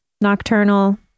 nocturnal